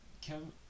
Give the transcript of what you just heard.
Kevin